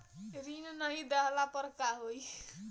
ऋण नही दहला पर का होइ?